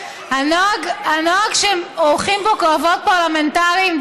הנוהג שעורכים פה קרבות פרלמנטריים,